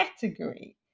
category